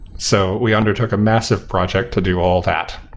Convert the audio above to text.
so we undertook a massive project to do all that,